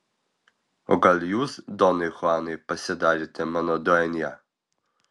o gal jūs donai chuanai pasidarėte mano duenja